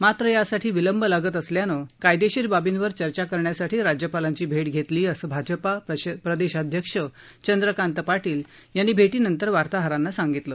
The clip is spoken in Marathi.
मात्र यासाठी विलंब लागत असल्यानं कायदेशीर बाबींवर चर्चा करण्यासाठी राज्यपालांची भेट घेतली असं भाजपा प्रदेशाध्यक्ष चंद्रकांत पाटील यांनी भेटीनंतर वार्ताहरांना सांगितलं